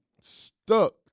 stuck